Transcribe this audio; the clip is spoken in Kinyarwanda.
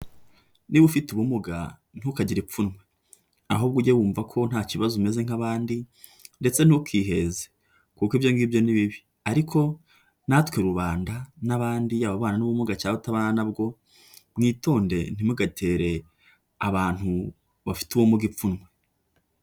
Niba ufite ubumuga ntukagire ipfunwe, ahubwo ujye wumva ko nta kibazo umeze nk'abandi ndetse ntukiheze kuko ibyo gibyo ni bibi; ariko natwe rubanda n'abandi yaba ubana n'ubumuga cyangwa utabana na bwo mwitonde ntimugatere abantu bafite ubumuga ipfunwe.